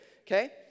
Okay